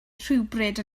rhywbryd